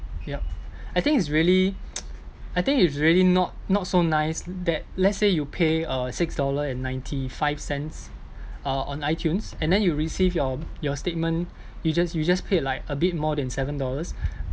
yup I think it's really I think it's really not not so nice that let's say you pay uh six dollar and ninety five cents uh on itunes and then you receive your your statement you just you just paid like a bit more than seven dollars